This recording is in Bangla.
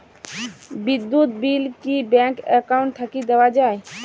বিদ্যুৎ বিল কি ব্যাংক একাউন্ট থাকি দেওয়া য়ায়?